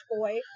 boy